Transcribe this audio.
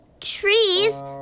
Trees